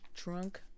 Drunk